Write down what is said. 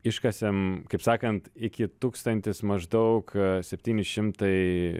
iškasėm kaip sakant iki tūkstantis maždaug septyni šimtai